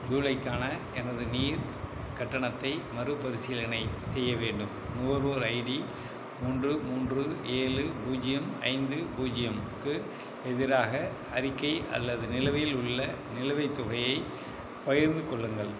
ஜூலைக்கான எனது நீர் கட்டணத்தை மறுபரிசீலனை செய்ய வேண்டும் நுகர்வோர் ஐடி மூன்று மூன்று ஏழு பூஜ்யம் ஐந்து பூஜ்யம்க்கு எதிராக அறிக்கை அல்லது நிலுவையில் உள்ள நிலுவைத் தொகையைப் பகிர்ந்து கொள்ளுங்கள்